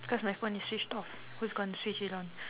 cause my phone is switched off who's gonna switch it on